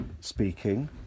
speaking